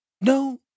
No